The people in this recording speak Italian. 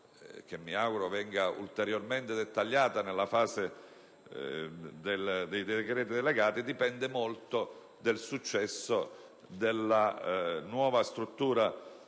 che mi auguro venga ulteriormente dettagliata in fase di decreti delegati, dipende molto del successo della nuova struttura